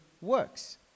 works